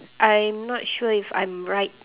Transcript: I'm not sure if I'm right